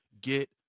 get